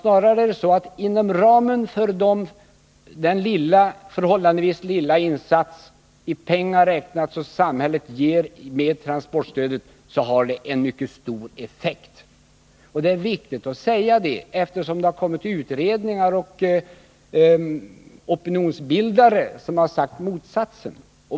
Snarare är det så att inom ramen för den förhållandevis lilla insats, i pengar räknat, som samhället ger i form av transportstöd har det här stödet en mycket stor effekt. Det är viktigt att säga detta, eftersom utredningar och opinionsbildare har sagt motsatsen.